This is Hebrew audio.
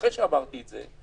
אחרי שאמרתי את זה,